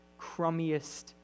crummiest